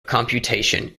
computation